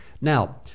Now